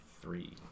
Three